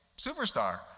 superstar